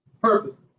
Purpose